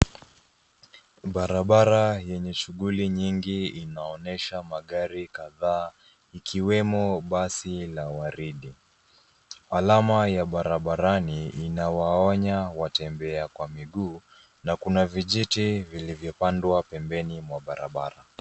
Barabara yenye shuguli nyingi inaonyesha magari kadhaa, ikiwemo basi la waridi. Alama ya barabarani inawaonya watembea kwa miguu, na kuna vijiti vilivyopandwa pembeni mwa barabara.